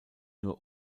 nur